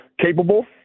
capable